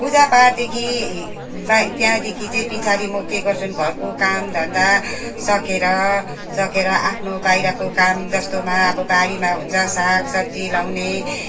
पूजापाठदेखि त्यहाँदेखि चाहिँ पछाडि म के गर्छु भने घरको कामधन्दा सकेर सकेर आफ्नो बाहिरको काम जस्तो म अब बारीमा हुन्छ सागसब्जी लगाउने